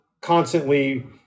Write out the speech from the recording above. constantly